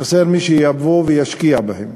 חסר מי שיבוא וישקיע בהם.